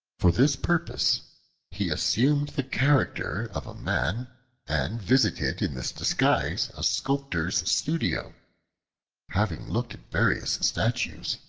for this purpose he assumed the character of a man and visited in this disguise a sculptor's studio having looked at various statues,